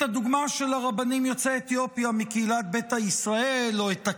הדוגמה של הרבנים יוצאי אתיופיה מקהילת ביתא ישראל או את הקייסים,